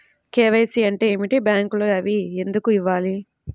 KYC అంటే ఏమిటి? బ్యాంకులో అవి ఎందుకు ఇవ్వాలి?